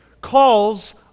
calls